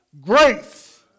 Grace